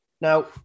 Now